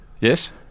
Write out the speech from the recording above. Yes